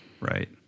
Right